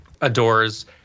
adores